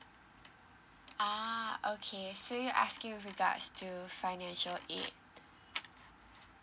ah okay so you're asking with regards to financial aid